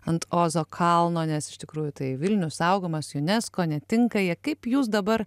ant ozo kalno nes iš tikrųjų tai vilnius saugomas unesco netinka jie kaip jūs dabar